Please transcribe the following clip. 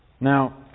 Now